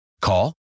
Call